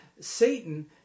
Satan